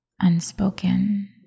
unspoken